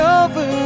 over